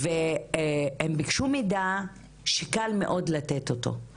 הם ביקשו מידע שקל מאוד לתת אותו,